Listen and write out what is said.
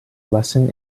lesson